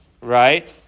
right